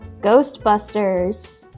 Ghostbusters